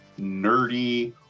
nerdy